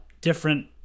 different